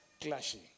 clashing